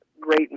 great